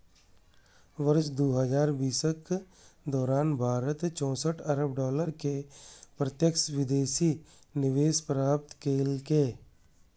वर्ष दू हजार बीसक दौरान भारत चौंसठ अरब डॉलर के प्रत्यक्ष विदेशी निवेश प्राप्त केलकै